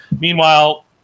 Meanwhile